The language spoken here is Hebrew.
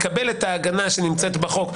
לקבל את ההגנה שנמצאת בחוק.